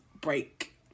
break